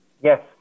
Yes